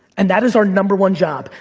and that is our number one job.